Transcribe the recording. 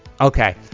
okay